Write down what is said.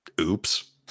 oops